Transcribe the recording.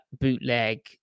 bootleg